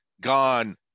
gone